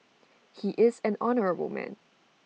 he is an honourable man